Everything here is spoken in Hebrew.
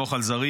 לסמוך על זרים.